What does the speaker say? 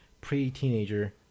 pre-teenager